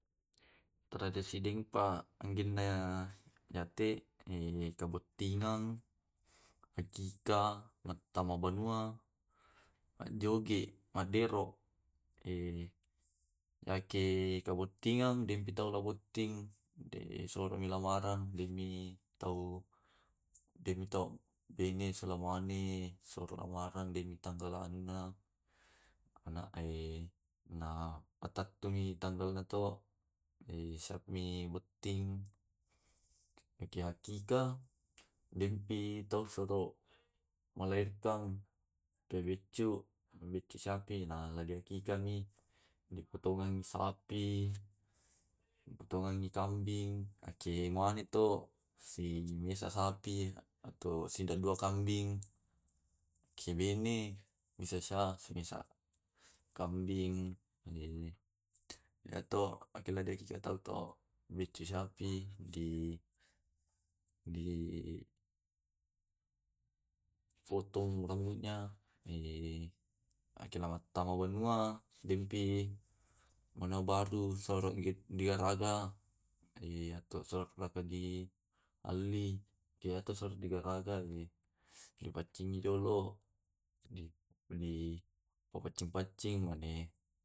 Tragesidengpa anggina yatte kabottingeng, hakika, mattama banua, ajjoge maddero, nakke kabuttingeng dempi taula botting disorongi kawarangang. Demi tau demi tau bene selemuani sono kawareng deni tanggalana. Ana na mattantumi tanggalna to siapmi botting. Yake hakika dempi to solo malaertang pe beccu pe becu sapi na ladai hakikami, dipotingangi sapi, dipotongangi kambing, ake muane to si mesa sapi, atau sidadua kambing. Maki bene si mesa sapi, simesa kambing eh, iyato makkatau beccu sapi di, di potong rambutnya, angkena mattama wanua. Dempi mannau baru selepi di garaga. De surakaki dialli keato soro digararaga dipaccingi dolo, di pamaccing paccing mane